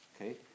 okay